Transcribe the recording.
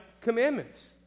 commandments